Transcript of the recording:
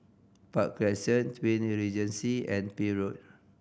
Park Crescent Twin Regency and Peel Road